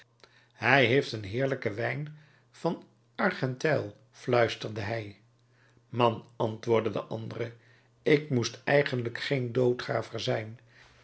hij heeft een heerlijken wijn van argenteuil fluisterde hij man antwoordde de andere ik moest eigenlijk geen doodgraver zijn